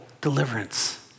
deliverance